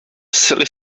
silly